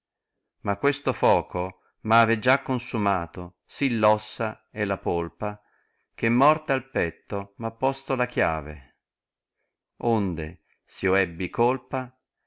ma questo fuoco m ave già consumate si l'ossa e la polpa che morte al petto m ha posto la chiave onde s io ebbi colpa